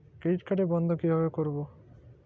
Credit card বন্ধ কিভাবে করবো?